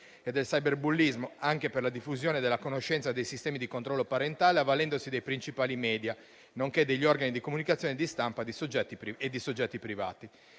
e del cyberbullismo, anche per la diffusione della conoscenza dei sistemi di controllo parentale, avvalendosi dei principali *media*, nonché degli organi di comunicazione, di stampa e di soggetti privati.